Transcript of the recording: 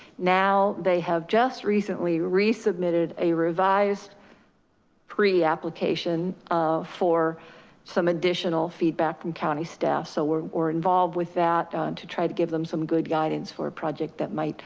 now they just recently resubmitted a revised pre-application um for some additional feedback from county staff. so we're we're involved with that to try to give them some good guidance for a project that might